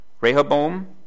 Rehoboam